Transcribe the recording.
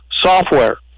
software